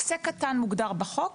עוסק קטן מוגדר בחוק